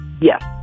Yes